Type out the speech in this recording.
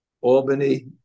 Albany